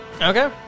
Okay